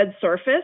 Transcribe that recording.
surface